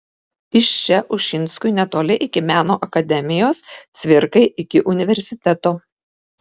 iš čia ušinskui netoli iki meno akademijos cvirkai iki universiteto